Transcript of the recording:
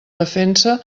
defensa